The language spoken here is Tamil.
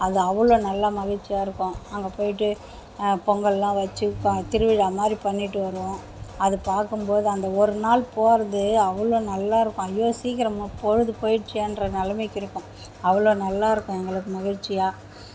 அது அவ்வளோ நல்லா மகிழ்ச்சியாக இருக்கும் அங்கே போய்ட்டு பொங்கல்லாம் வச்சு திருவிழா மாதிரி பண்ணிவிட்டு வருவோம் அது பார்க்கும்போது அந்த ஒரு நாள் போகிறது அவ்வளோ நல்லாயிருக்கும் ஐயோ சீக்கிரமா பொழுது போய்டுச்சேன்ற நிலைமைக்கு இருக்கும் அவ்வளோ நல்லாயிருக்கும் அவ்வளோ எங்களுக்கு மகிழ்ச்சியாக